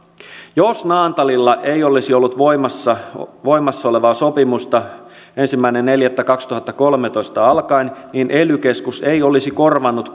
jos naantalilla ei olisi ollut voimassa voimassa olevaa sopimusta ensimmäinen neljättä kaksituhattakolmetoista alkaen niin ely keskus ei olisi korvannut